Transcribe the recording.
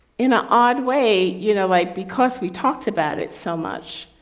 in an odd way, you know, like, because we talked about it so much.